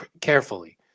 carefully